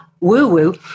woo-woo